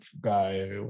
guy